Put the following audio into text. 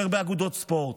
יותר באגודות ספורט,